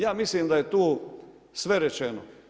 Ja mislim da je tu sve rečeno.